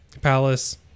Palace